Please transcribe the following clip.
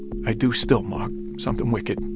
i do still, marg, something wicked